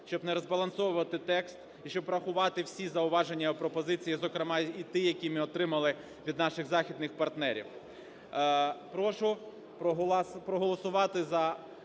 щоб не розбалансовувати текст і щоб врахувати всі зауваження і пропозиції, зокрема і ті, які ми отримали від наших західних партнерів. Прошу проголосувати за